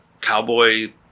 cowboy